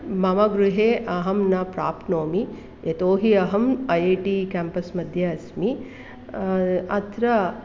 मम गृहे अहं न प्राप्नोमि यतो हि अहम् ऐ ऐ टि केम्पस्मध्ये अस्मि अत्र